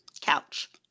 Couch